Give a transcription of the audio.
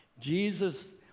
Jesus